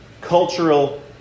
cultural